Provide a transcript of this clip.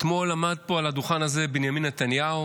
אתמול עמד פה על הדוכן הזה בנימין נתניהו